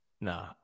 No